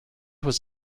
was